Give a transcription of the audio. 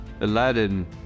Aladdin